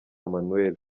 manuel